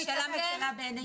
העבירה משתנה, ההתנהגות משתנה.